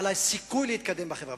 על הסיכוי להתקדם בחברה.